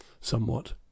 somewhat